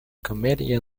comedian